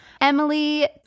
Emily